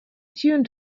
tune